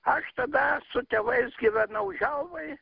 aš tada su tėvais gyvenau želvoj